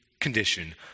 condition